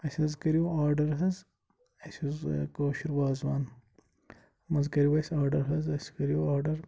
اَسہِ حظ کٔرِو آرڈر حظ اَسہِ حظ کٲشُر وازوان منٛز کریو اَسہِ آرڈر حظ اَسہِ کریو آرڈر